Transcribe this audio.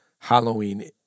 Halloween